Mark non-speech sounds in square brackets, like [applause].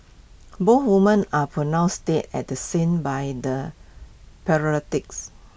both women are pronounced dead at the scene by the [unintelligible]